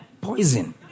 Poison